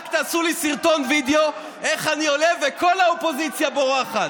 רק תעשו לי סרטון וידיאו איך אני עולה וכל האופוזיציה בורחת.